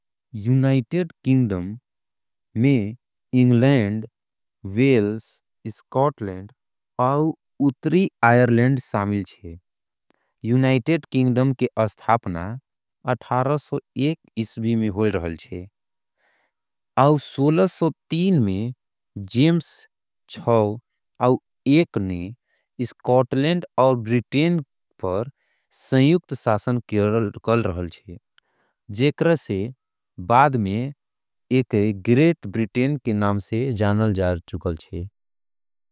United Kingdom में England Wales. और Scotland और उत्तरी आयरलैंड। शामिल छे यूनाइटेड किंगडम के स्थापना। अठारह सौ एक ईस्वी में होयल रहल छे। और सोलह सौ तीन में जेम एक ने ब्रिटेन उर। स्कॉटलैंड पर संयुक्त शासन करल रहल। छे जेकर से एके बाद में ग्रेट ब्रिटन। के नाम से जानल जा चुके छे।